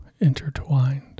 intertwined